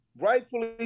Rightfully